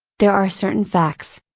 there are certain facts.